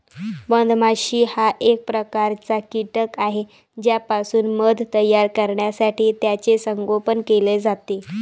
मधमाशी हा एक प्रकारचा कीटक आहे ज्यापासून मध तयार करण्यासाठी त्याचे संगोपन केले जाते